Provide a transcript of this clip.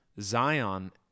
Zion